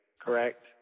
correct